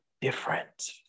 different